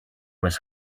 was